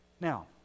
Now